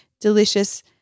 delicious